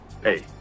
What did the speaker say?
Hey